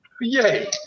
Yay